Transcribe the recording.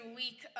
week